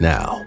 Now